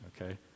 okay